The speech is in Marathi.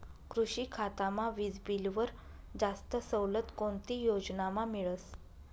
कृषी खातामा वीजबीलवर जास्त सवलत कोणती योजनामा मिळस?